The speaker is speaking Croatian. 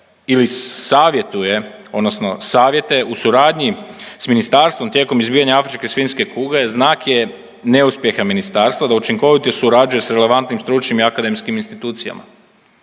ili savjetuje, odnosno savjete u suradnji sa ministarstvom tijekom izbijanja afričke svinjske kuge znak je neuspjeha ministarstva da učinkovito surađuje sa relevantnim stručnim i akademskim institucijama.